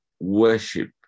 worship